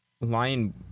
Lion